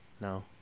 No